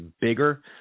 bigger